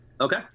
Okay